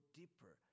deeper